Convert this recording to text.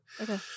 Okay